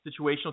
situational